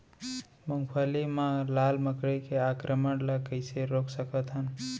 मूंगफली मा लाल मकड़ी के आक्रमण ला कइसे रोक सकत हन?